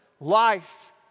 Life